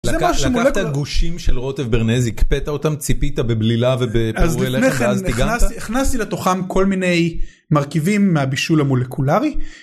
לקחת גושים של רוטב ברנזי הקפאת אותם, ציפית בבלילה ופרורי לחם ואז טיגנת. אז לפני כן, הכנסתי לתוכם כל מיני מרכיבים מהבישול המולקולרי.